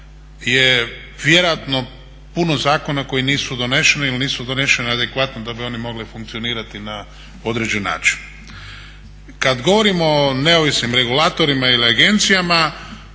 je vjerojatno puno zakona koji nisu doneseni ili nisu doneseni adekvatno da bi oni mogli funkcionirati na određeni način. Kada govorimo o neovisnim regulatorima ili agencijama,